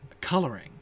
coloring